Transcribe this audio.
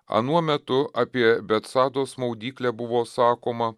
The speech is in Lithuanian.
anuo metu apie betsados maudyklę buvo sakoma